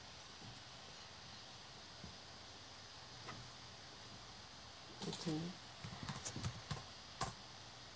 take turn